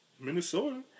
Minnesota